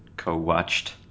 co-watched